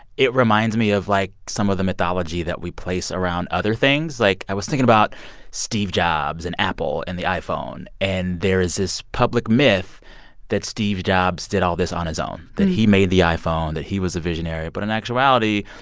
it reminds me of, like, some of the mythology that we place around other things. like, i was thinking about steve jobs and apple and the iphone. and there is this public myth that steve jobs did all this on his own, that he made the iphone, that he was a visionary. but in actuality,